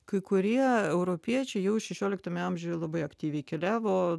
kai kurie europiečiai jau šešioliktame amžiuje labai aktyviai keliavo